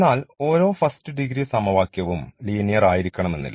എന്നാൽ ഓരോ first degree സമവാക്യവും ലീനിയർ ആയിരിക്കണമെന്നില്ല